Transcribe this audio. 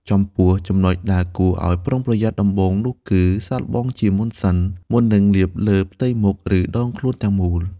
ចំពោះ ចំណុចដែលគួរឲ្យប្រុងប្រយ័ត្នដំបូងនោះគឺ សាកល្បងជាមុនសិន មុននឹងលាបលើផ្ទៃមុខ ឬដងខ្លួនទាំងមូល។